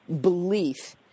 belief